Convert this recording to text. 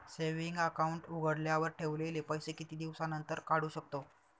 Saving account उघडल्यावर ठेवलेले पैसे किती दिवसानंतर काढू शकतो?